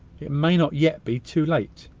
it may not yet be too late!